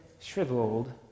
shriveled